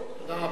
תודה רבה.